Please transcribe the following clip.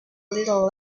little